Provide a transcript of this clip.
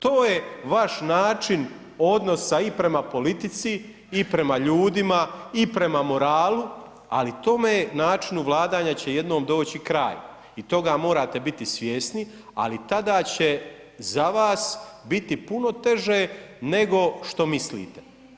To je vaš način odnosa i prema politici i prema ljudima i prema moralu, ali tome načinu vladanja će jednom doći kraj i toga morate biti svjesni ali tada će za vas biti puno teže nego što mislite.